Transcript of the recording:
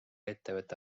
ettevõte